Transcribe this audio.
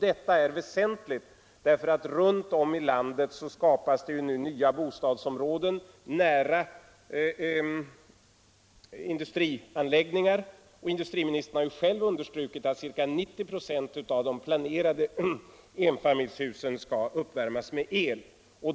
Detta är väsentligt, därför att runt om i landet skapas nu nya bostadsområden nära industrianläggningar. Industriministern har själv understrukit att ca 90 926 av de planerade enfamiljshusen skall uppvärmas med el.